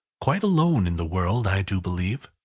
quite alone in the world, i do believe.